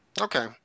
Okay